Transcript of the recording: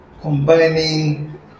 combining